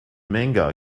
manga